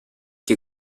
che